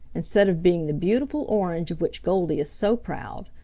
instead of being the beautiful orange of which goldy is so proud,